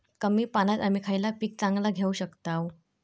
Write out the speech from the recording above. कमी पाण्यात आम्ही खयला पीक चांगला घेव शकताव?